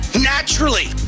naturally